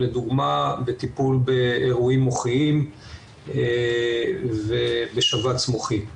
לדוגמא בטיפול באירועים מוחיים ובשבץ מוחי,